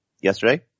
yesterday